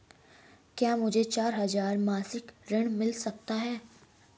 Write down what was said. क्या मुझे चार हजार मासिक ऋण मिल सकता है?